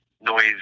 noise